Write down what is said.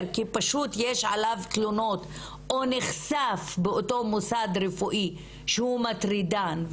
כי פשוט יש עליו תלונות או נחשף באותו מוסד רפואי שהוא מטרידן,